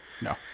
No